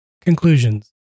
Conclusions